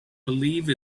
believe